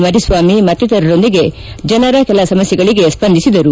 ಮರಿಸ್ವಾಮಿ ಮತ್ತಿತರರೊಂದಿಗೆ ಜನರ ಕೆಲ ಸಮಸ್ಯೆಗಳಿಗೆ ಸ್ಪಂದಿಸಿದರು